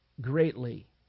greatly